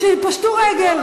שכתוב פה חוק מסילות הברזל,